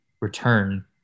return